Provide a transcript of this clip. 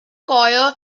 choir